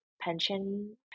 pension